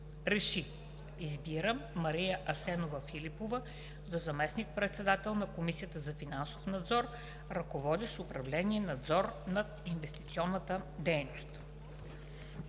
РЕШИ: Избира Мария Асенова Филипова за заместник-председател на Комисията за финансов надзор, ръководещ управление „Надзор на инвестиционната дейност“.“